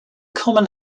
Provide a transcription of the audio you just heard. common